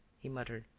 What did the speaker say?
he muttered.